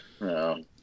no